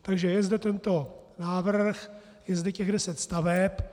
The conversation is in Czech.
Takže je zde tento návrh, je zde těch deset staveb.